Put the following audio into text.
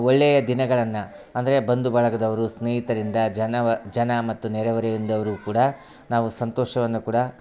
ಒಳ್ಳೆಯ ದಿನಗಳನ್ನ ಅಂದರೆ ಬಂದು ಬಳಗದವರು ಸ್ನೇಯಿತರಿಂದ ಜನವ ಜನ ಮತ್ತು ನೆರೆಹೊರೆ ಇಂದೌರು ಕೂಡ ನಾವು ಸಂತೋಷವನ್ನು ಕೂಡ